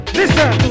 listen